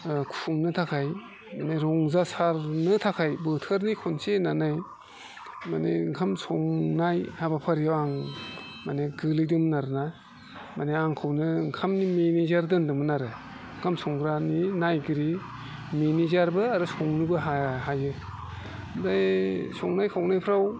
खुंनो थाखाय माने रंजासारनो थाखाय बोथोरनि खनसे होननानै माने ओंखाम संनाय हाबाफारियाव आं माने गोग्लैदोंमोन आरोना माने आंखौनो ओंखामनि मेनेजार दोनदोंमोन आरो ओंखाम संग्रानि नायगिरि मेनेजारबो आरो संनोबो हायो ओमफ्राय संनाय खावनायफ्राव